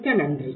மிக்க நன்றி